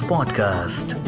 Podcast